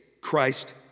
Christ